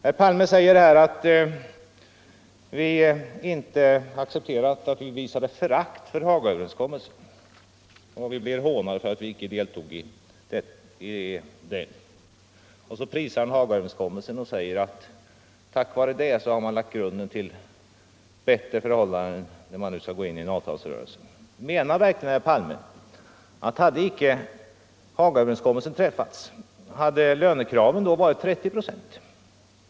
Herr Palme sade att vi visade förakt för Hagaöverenskommelsen, och vi blev hånade för att vi inte deltog i den. Han prisade Hagaöverenskommelsen och sade att man genom den lagt grunden till bättre förhållanden för den avtalsrörelse som nu har börjat. Menar verkligen herr Palme att lönekraven, om Hagaöverenskommelsen inte hade träffats, hade varit 30 procent?